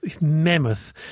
mammoth